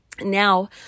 Now